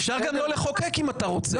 אפשר גם לא לחוקק אם אתה רוצה.